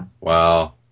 Wow